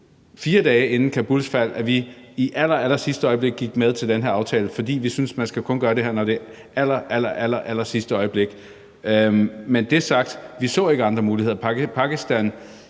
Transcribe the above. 4 dage inden Kabuls fald, at vi i allerallersidste øjeblik gik med til den her aftale, for vi synes, at man kun skal gøre det her, når det er i allerallersidste øjeblik. Med det sagt så vi ikke andre muligheder. Pakistan,